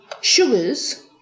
sugars